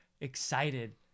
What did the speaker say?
excited